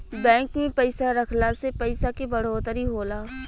bank में पइसा रखला से पइसा के बढ़ोतरी होला